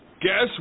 Guess